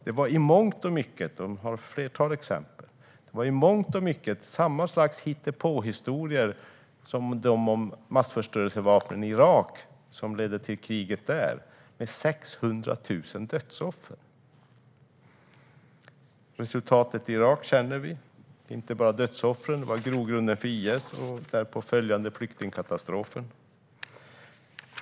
Det var i mångt och mycket, och det finns ett flertal exempel, samma slags hitte-på-historier som de om massförstörelsevapen i Irak, vilka ledde till kriget som resulterade i 600 000 dödsoffer. Resultatet i Irak känner vi till - inte bara antalet dödsoffer, utan även att det blev grogrunden för IS och den därpå följande flyktingkatastrofen.